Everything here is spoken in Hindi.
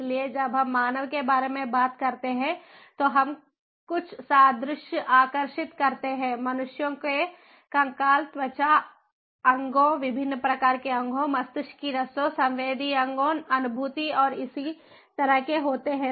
इसलिए जब हम मानव के बारे में बात करते हैं तो हम कुछ सादृश्य आकर्षित करते हैं मनुष्यों के कंकाल त्वचा अंगों विभिन्न प्रकार के अंगों मस्तिष्क की नसों संवेदी अंगों अनुभूति और इसी तरह के होते हैं